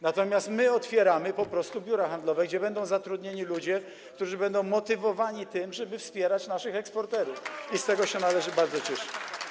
Natomiast my otwieramy po prostu biura handlowe, gdzie będą zatrudnieni ludzie, którzy będą motywowani tym, żeby wspierać naszych eksporterów, i z tego należy się bardzo cieszyć.